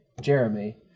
Jeremy